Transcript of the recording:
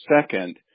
second